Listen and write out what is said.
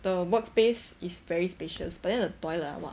the workspace is very spacious but then the toilet ah !wah!